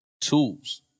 tools